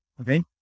okay